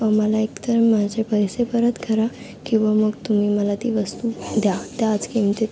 मला एक तर माझे पैसे परत करा किंवा मग तुम्ही मला ती वस्तू द्या त्याच किमतीत